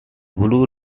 blu